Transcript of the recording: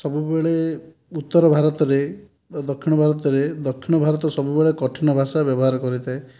ସବୁବେଳେ ଉତ୍ତର ଭାରତରେ ଦକ୍ଷିଣ ଭାରତରେ ଦକ୍ଷିଣ ଭାରତ ସବୁବେଳେ କଠିନ ଭାଷା ବ୍ୟବହାର କରିଥାଏ